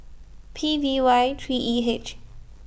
P V Y three E H